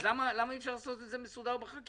אז למה אי-אפשר לעשות את זה מסודר בחקיקה?